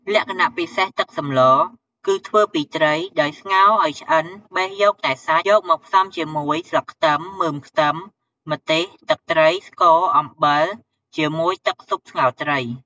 លក្ខណៈពិសេសទឹកសម្ល គឺធ្វើពីត្រី ដោយស្ងោរឱ្យឆ្អិនបេះយកតែសាច់ យកមកផ្សំជាមួយ ស្លឹកខ្ទឹម មើមខ្ទឹម ម្ទេសទឹកត្រី ស្ករ អំបិល ជាមួយទឹកស៊ុបស្ងោរត្រី ។